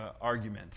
argument